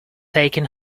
aching